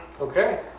Okay